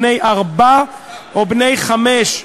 בני ארבע ובני חמש,